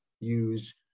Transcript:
use